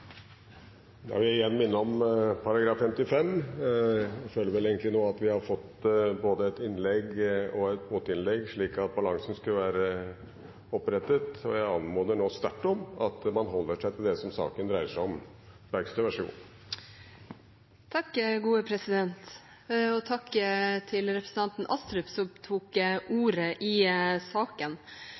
Presidenten vil igjen minne om forretningsordenens § 55. Presidenten føler egentlig nå at vi har fått både et innlegg og et motinnlegg slik at balansen skulle være opprettet, og anmoder nå sterkt om at man holder seg til det som saken dreier seg om. Takk til representanten Astrup som tok ordet i